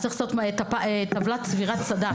צריך לעשות טבלת צבירת סד"כ,